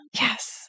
yes